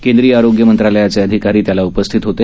केंद्रीय आरोग्य मंत्रालयाचे अधिकारी त्याला उपस्थित होते